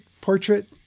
portrait